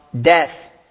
death